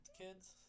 Kids